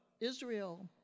Israel